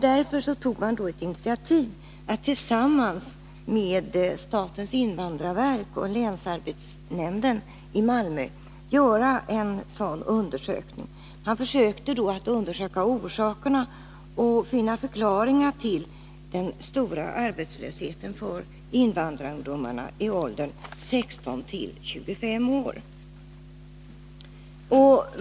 Därför tog man tillsammans med statens invandrarverk och länsarbetsnämnden i Malmö detta initiativ till undersökning. Därvid försökte man finna orsakerna och förklaringarna till den stora arbetslösheten bland invandrarungdomar i åldern 16-25 år.